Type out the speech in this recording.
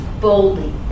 boldly